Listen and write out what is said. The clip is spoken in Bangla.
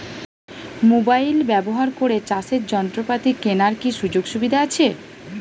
মোবাইল ব্যবহার করে চাষের যন্ত্রপাতি কেনার কি সুযোগ সুবিধা আছে?